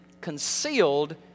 concealed